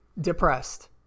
depressed